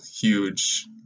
huge